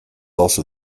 also